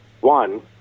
One